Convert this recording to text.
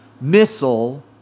missile